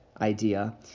idea